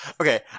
Okay